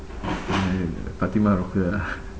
ya ya ya fatimah rocker lah